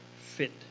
fit